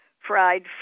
Fried